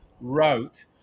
wrote